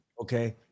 okay